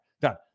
done